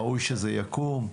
ראוי שזה יקום.